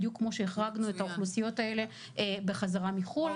בדיוק כמו שהחרגנו את האוכלוסיות האלה בחזרה מחו"ל.